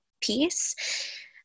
piece